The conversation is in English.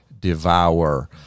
devour